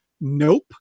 Nope